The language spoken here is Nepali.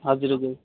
हजुर हजुर